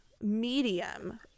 medium